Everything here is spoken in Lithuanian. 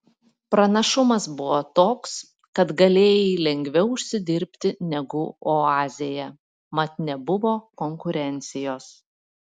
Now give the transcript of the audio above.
pranašumas buvo toks kad galėjai lengviau užsidirbti negu oazėje mat nebuvo konkurencijos